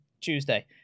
Tuesday